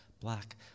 black